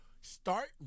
start